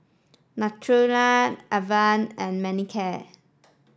Nutren Avene and Manicare